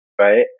right